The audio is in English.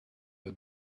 the